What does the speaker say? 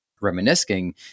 reminiscing